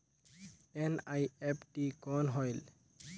NEFT कौन होएल?